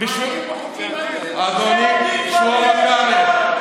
אדוני שלמה קרעי,